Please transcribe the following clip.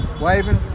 waving